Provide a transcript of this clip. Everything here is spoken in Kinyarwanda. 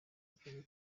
akazi